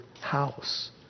house